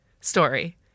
story